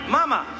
Mama